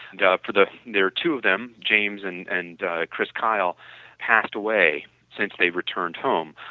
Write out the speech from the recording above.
and for the there are two of them, james and and chris kyle passed away since they returned home,